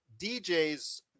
DJs